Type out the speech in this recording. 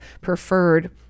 preferred